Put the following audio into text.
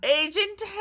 Agent